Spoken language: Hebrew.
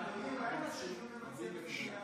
אדוני, אולי נעשה דיון ממצה בסוגיה הזו?